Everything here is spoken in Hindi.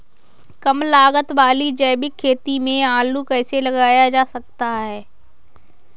कम लागत वाली जैविक खेती में आलू कैसे लगाया जा सकता है?